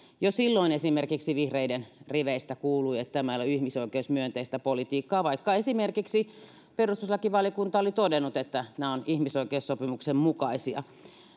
jo silloin esimerkiksi vihreiden riveistä kuului että tämä ei ole ihmisoikeusmyönteistä politiikkaa vaikka esimerkiksi perustuslakivaliokunta oli todennut että nämä ovat ihmisoikeussopimuksen mukaisia